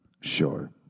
Sure